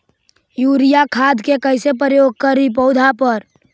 Urea खाद के कैसे प्रयोग करि पौधा पर?